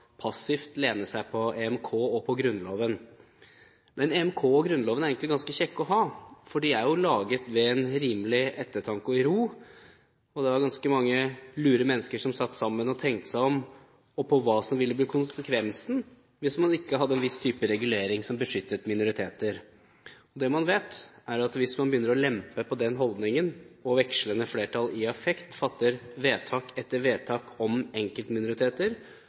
passivt å lene seg på EMK og på Grunnloven. Men EMK og Grunnloven er egentlig ganske kjekke å ha, for de er jo laget ved en rimelig ettertanke og ro, og det var ganske mange lure mennesker som satt sammen og tenkte seg om, bl.a. på hva som ville bli konsekvensen hvis man ikke hadde en viss type regulering som beskyttet minoriteter. Det man vet, er at hvis man begynner å lempe på den holdningen, og vekslende flertall i affekt fatter vedtak etter vedtak om enkeltminoriteter,